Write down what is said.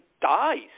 dies